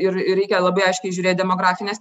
ir ir reikia labai aiškiai žiūrėt demografines